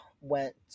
went